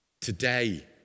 today